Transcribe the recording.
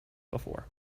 before